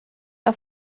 auf